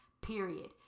Period